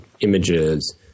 images